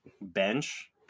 bench